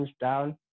down